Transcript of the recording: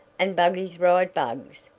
and buggies ride bugs,